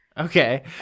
Okay